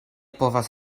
povas